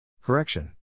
Correction